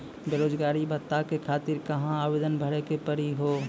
बेरोजगारी भत्ता के खातिर कहां आवेदन भरे के पड़ी हो?